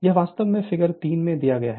यह वास्तव में फिगर 3 में दिया गया है